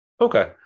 Okay